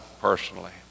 personally